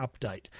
update